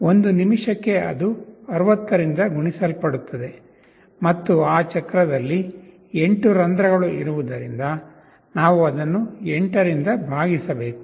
1 ನಿಮಿಷಕ್ಕೆ ಅದು 60 ರಿಂದ ಗುಣಿಸಲ್ಪಡುತ್ತದೆ ಮತ್ತು ಆ ಚಕ್ರದಲ್ಲಿ 8 ರಂಧ್ರಗಳು ಇರುವುದರಿಂದ ನಾವು ಅದನ್ನು 8 ರಿಂದ ಭಾಗಿಸಬೇಕು